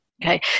Okay